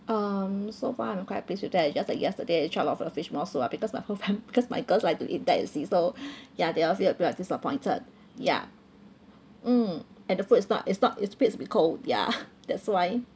um so far I'm quite pissed with that it's just like yesterday it's short of uh fish maw soup ah because my whole fami~ because my girls like to eat that you see so ya they all feel a bit of disappointed ya mm and the food is not is not is to be cold ya ah that's why